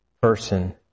person